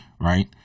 Right